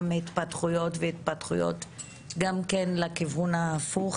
התפתחויות והתפתחותיות גם לכיוון ההפוך,